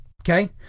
Okay